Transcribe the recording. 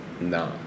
No